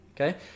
Okay